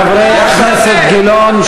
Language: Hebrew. חברי הכנסת גילאון,